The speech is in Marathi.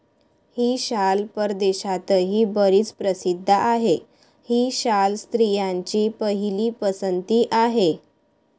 ही शाल परदेशातही बरीच प्रसिद्ध आहे, ही शाल स्त्रियांची पहिली पसंती आहे